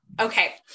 Okay